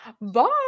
Bye